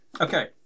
okay